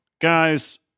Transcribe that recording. guys